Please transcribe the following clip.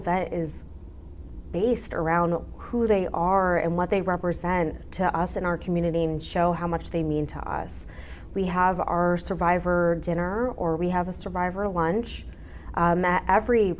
that is based around who they are and what they represent to us in our community and show how much they mean to us we have our survivor dinner or we have a survivor lunch